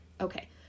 okay